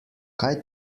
kaj